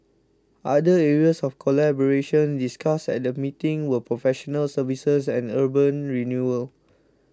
other areas of collaboration discussed at the meeting were professional services and urban renewal